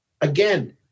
again